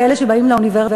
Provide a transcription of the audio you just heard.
כאלה שבאים לאוניברסיטה,